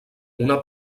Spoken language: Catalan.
una